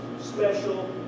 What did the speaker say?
special